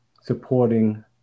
supporting